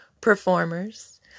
performers